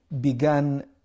began